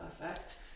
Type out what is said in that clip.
perfect